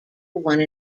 one